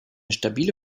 stabile